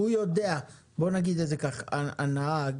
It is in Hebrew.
הנהג